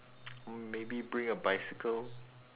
or maybe bring a bicycle